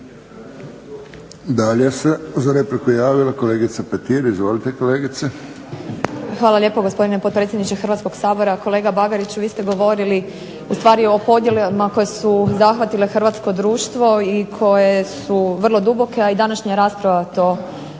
Dalje se za repliku javila kolegica Petir. Izvolite kolegice. **Petir, Marijana (HSS)** Hvala lijepa gospodine potpredsjedniče Hrvatskog sabora. Kolega Bagariću vi ste govorili ustvari o podjelama koje su zahvatile hrvatsko društvo i koje su vrlo duboke, a i današnja rasprava to u jednom